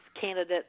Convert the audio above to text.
candidates